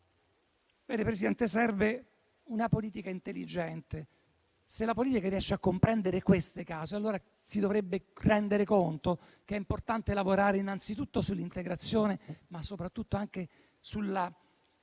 Signor Presidente, serve una politica intelligente. Se la politica riuscisse a comprendere queste cause, allora si dovrebbe rendere conto che è importante lavorare innanzitutto sull'integrazione, ma soprattutto sulla